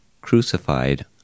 crucified